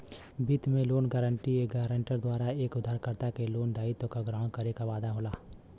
वित्त में loan guarantee एक गारंटर द्वारा एक उधारकर्ता के लोन दायित्व क ग्रहण करे क वादा होला